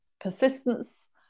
persistence